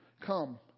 come